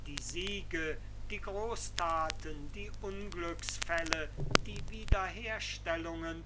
die siege die großtaten die unglücksfälle die wiederherstellungen